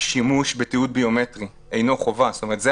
תיעוד ביומטרי אינו חובה, לא